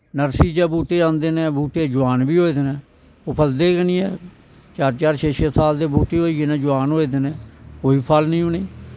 nursery चा बूह्टे आंदे नै बूह्टे जोआन बी होए दे नै ओह् फलदे गै नी हैन चार चार छे छे साल दे बूह्टे होई गे नै जोआन होए दे न कोई फल नी उनेंगी